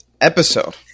episode